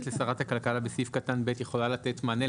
לשרת הכלכלה בסעיף קטן (ב) יכולה לתת מענה?